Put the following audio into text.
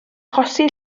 achosi